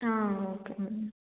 ಹಾಂ okay madam